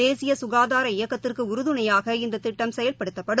தேசிய சுகாதார இயக்கத்திற்கு உறுதுணையாக இந்த திட்டம் செயல்படுத்தப்படும்